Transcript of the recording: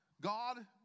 God